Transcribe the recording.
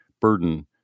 burden